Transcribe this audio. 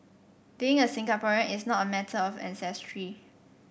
being a Singaporean is not a matter of ancestry